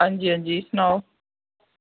अंजी अंजी सनाओ